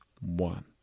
one